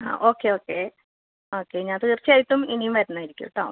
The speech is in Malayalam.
ആ ഓക്കെ ഓക്കെ ഓക്കെ ഞാൻ തീർച്ചയായിട്ടും ഇനിയും വരുന്നതായിരിക്കും കേട്ടോ